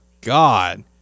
God